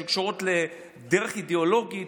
שקשורות לדרך אידיאולוגית.